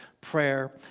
prayer